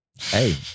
Hey